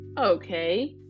okay